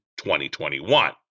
2021